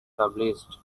published